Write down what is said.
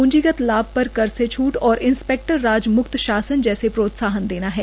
पूंजीगत लाभ पर कर से छूट और इंस्पैक्टर राज म्क्त शासन जैसी प्रोत्साहन देना है